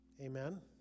Amen